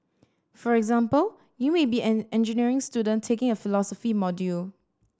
for example you may be an engineering student taking a philosophy module